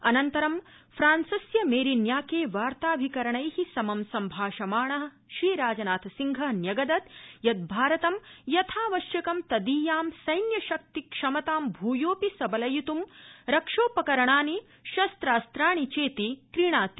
अनन्तरं फ्रांसस्य मेरिन्याके वार्ताभिकरणै समं सम्भाषमाण श्रीराजनाथसिंह न्यगदत् यत् भारतं यथावश्यक तदीयां सैन्यशक्तिक्षमताम् भूयोपि सबलयित्तं रक्षोपकरणानि शस्त्रास्त्राणि चेति क्रीणाति